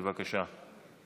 בבקשה.